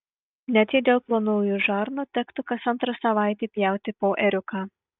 net jei dėl plonųjų žarnų tektų kas antrą savaitę pjauti po ėriuką